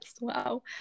wow